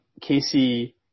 Casey